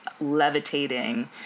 levitating